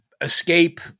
Escape